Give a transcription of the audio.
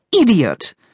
idiot